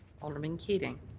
alderman keating.